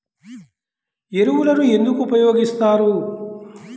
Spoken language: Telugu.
ఎరువులను ఎందుకు ఉపయోగిస్తారు?